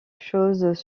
choses